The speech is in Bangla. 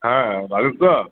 হ্যাঁ